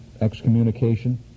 excommunication